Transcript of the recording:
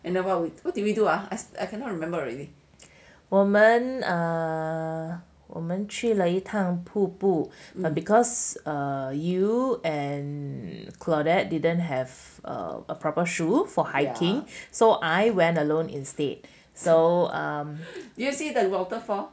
我们 err 我们去了一趟瀑布 because you and claudet didn't have proper shoes for hiking so I went alone instead